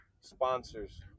Sponsors